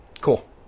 cool